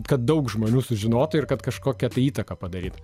kad daug žmonių sužinotų ir kad kažkokią tai įtaką padaryt